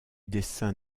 dessin